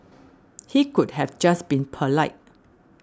he could have just been polite